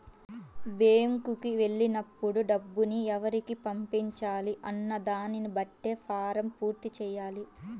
బ్యేంకుకి వెళ్ళినప్పుడు డబ్బుని ఎవరికి పంపించాలి అన్న దానిని బట్టే ఫారమ్ పూర్తి చెయ్యాలి